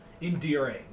endearing